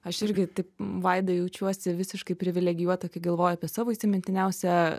aš irgi taip m vaida jaučiuosi visiškai privilegijuota kai galvoju apie savo įsimintiniausią